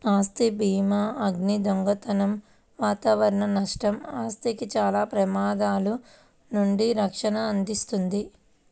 ఆస్తి భీమాఅగ్ని, దొంగతనం వాతావరణ నష్టం, ఆస్తికి చాలా ప్రమాదాల నుండి రక్షణను అందిస్తుంది